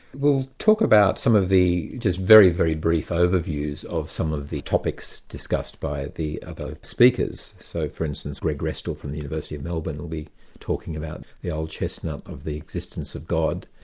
we'll talk about some of the just very, very brief overviews of some of the topics discussed by the other speakers, so for instance, greg restall from the university of melbourne will be talking about the old chestnut of the existence of god.